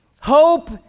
Hope